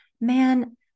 man